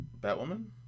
Batwoman